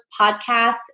podcasts